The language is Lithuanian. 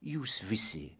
jūs visi